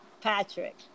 Patrick